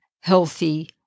healthy